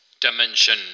Dimension